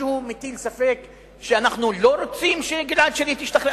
מישהו מטיל ספק שאנחנו רוצים שגלעד שליט ישתחרר?